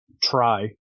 Try